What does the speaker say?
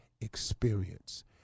experience